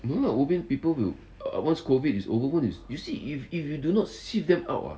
no